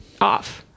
off